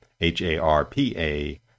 h-a-r-p-a